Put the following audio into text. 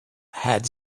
had